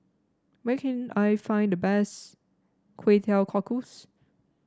where can I find the best Kway Teow Cockles